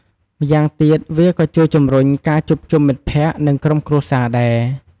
ម៉្យាងទៀតវាក៏ជួយជំរុញការជួបជុំមិត្តភក្តិ និងក្រុមគ្រួសារដែរ។